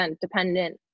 dependent